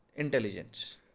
Intelligence